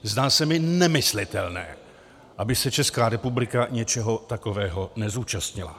Zdá se mi nemyslitelné, aby se Česká republika něčeho takového nezúčastnila.